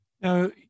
Now